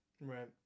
Right